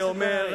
אז מה אתה אומר?